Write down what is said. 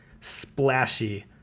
splashy